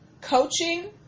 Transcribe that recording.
coaching